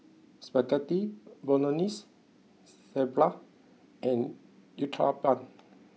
Spaghetti Bolognese Sambar and Uthapam